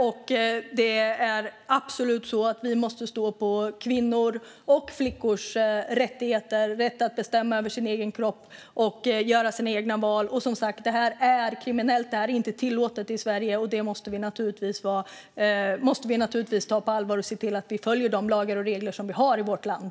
Vi måste absolut stå bakom kvinnors och flickors rättigheter och deras rätt att bestämma över sin egen kropp och göra sina egna val. Och, som sagt, detta är kriminellt. Det är inte tillåtet i Sverige, och det måste vi naturligtvis ta på allvar och se till att vi följer de lagar och regler som vi har i vårt land.